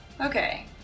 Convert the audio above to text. Okay